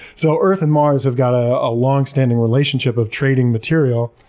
so earth and mars have got a ah long-standing relationship of trading material.